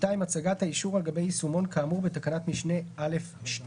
הצגת האישור על גבי יישומון כאמור בתקנת משנה (א)(2).